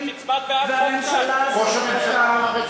את הצבעת בעד חוק